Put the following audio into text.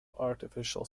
artificial